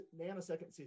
nanosecond